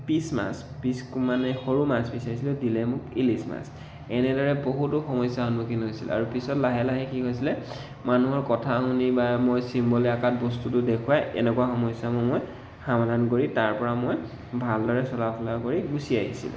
piece মাছ পিচ মানে সৰু মাছ বিচাৰিছিলোঁ দিলে মোক ইলিচ মাছ এনেদৰে বহুতো সমস্যাৰ সন্মুখীন হৈছিলোঁ আৰু পিছত লাহে লাহে কি হৈছিলে মানুহৰ কথা শুনি বা মই চিম্বলে আকাৰত বস্তুটো দেখুৱাই এনেকুৱা সমস্যাবোৰ মই সমাধান কৰি তাৰ পৰা মই ভাল দৰে চলা ফুৰা কৰি গুচি আহিছিলোঁ